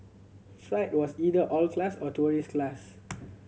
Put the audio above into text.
flight was either all class or tourist class